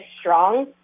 strong